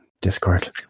discord